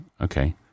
okay